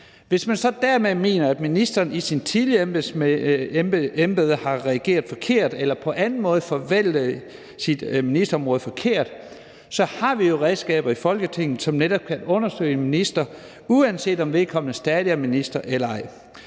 Hvis man så herigennem mener, at ministeren i sit tidligere embede har reageret forkert eller på anden måde forvaltet sit ministerområde forkert, så har vi jo redskaber i Folketinget, som netop kan bruges til at undersøge en minister, uanset om vedkommende stadig er minister eller ej.